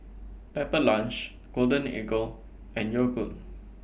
Pepper Lunch Golden Eagle and Yogood